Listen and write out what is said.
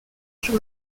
sur